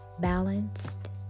balanced